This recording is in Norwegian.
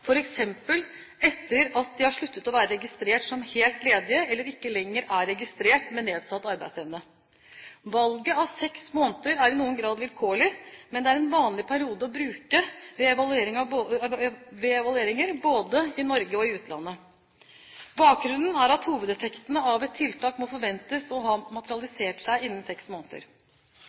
etter at de har sluttet å være registrert som helt ledige, eller ikke lenger er registrert med nedsatt arbeidsevne. Valget av seks måneder er i noen grad vilkårlig, men det er en vanlig periode å bruke ved evalueringer, både i Norge og i utlandet. Bakgrunnen er at hovedeffekten av et tiltak må forventes å ha materialisert seg innen seks måneder.